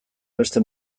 beste